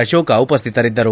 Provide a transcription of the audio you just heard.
Ashoka ಉಪಸ್ಸಿತರಿದ್ದರು